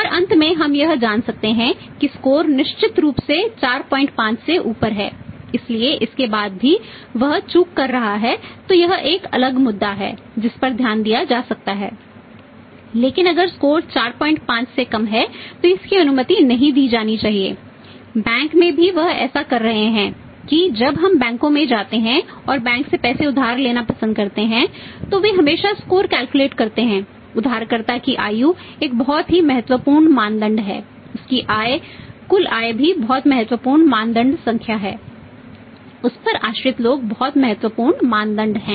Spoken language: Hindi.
और अंत में हम यह जान सकते हैं कि स्कोर करते हैं उधारकर्ता की आयु एक बहुत ही महत्वपूर्ण मानदंड है उसकी आय कुल आय भी बहुत महत्वपूर्ण मानदंड संख्या है उस पर आश्रित लोग बहुत महत्वपूर्ण मानदंड हैं